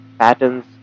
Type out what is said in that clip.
Patterns